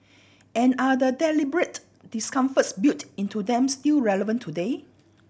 and are the deliberate discomforts built into them still relevant today